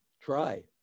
try